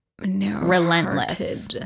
relentless